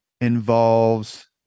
involves